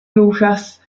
lucas